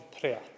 prayer